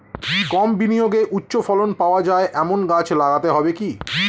কম বিনিয়োগে উচ্চ ফলন পাওয়া যায় এমন গাছ লাগাতে হবে কি?